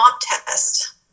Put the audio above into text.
test